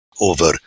over